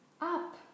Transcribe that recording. Up